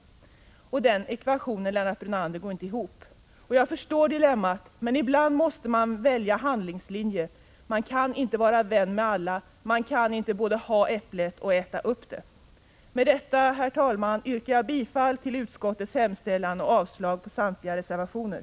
Ekvationen går inte ihop, Lennart Brunander. Jag förstår dilemmat, men ibland måste man välja handlingslinje. Man kan inte vara vän med alla, man kan inte både ha äpplet kvar och äta upp det. Med detta, herr talman, yrkar jag bifall till utskottets hemställan och avslag på samtliga reservationer.